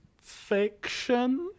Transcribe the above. fiction